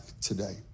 today